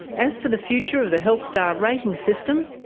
as for the future of the health star ratings system?